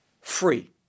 free